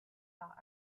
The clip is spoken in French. par